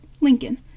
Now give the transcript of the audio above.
Lincoln